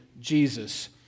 Jesus